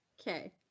Okay